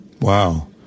Wow